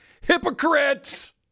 hypocrites